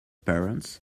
parents